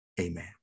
amen